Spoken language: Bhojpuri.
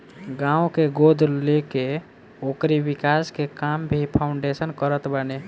गांव के गोद लेके ओकरी विकास के काम भी फाउंडेशन करत बाने